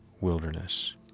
wilderness